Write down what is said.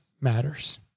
matters